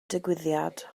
digwyddiad